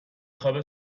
خواب